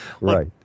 Right